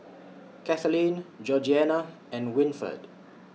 Kathaleen Georgeanna and Winford